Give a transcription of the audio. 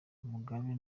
mugabe